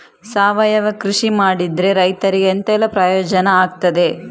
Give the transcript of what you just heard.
ಸಾವಯವ ಕೃಷಿ ಮಾಡಿದ್ರೆ ರೈತರಿಗೆ ಎಂತೆಲ್ಲ ಪ್ರಯೋಜನ ಆಗ್ತದೆ?